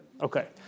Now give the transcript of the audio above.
Okay